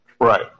Right